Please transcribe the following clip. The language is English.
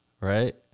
right